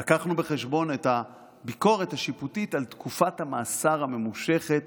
לקחנו בחשבון את הביקורת השיפוטית על תקופת המאסר הממושכת